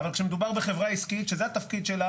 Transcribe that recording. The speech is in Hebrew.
אבל כשמדובר בחברה עסקית שזה התפקיד שלה